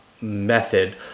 method